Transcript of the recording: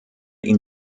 ihn